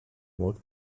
what